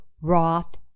Roth